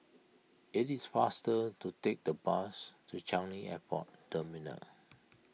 it is faster to take the bus to Changi Airport Terminal